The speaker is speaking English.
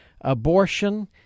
Abortion